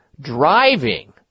driving